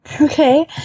Okay